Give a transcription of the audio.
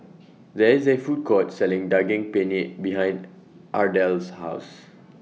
There IS A Food Court Selling Daging Penyet behind Ardelle's House